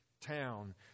town